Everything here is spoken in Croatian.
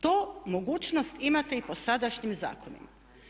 To mogućnost imate i po sadašnjim zakonima.